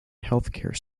healthcare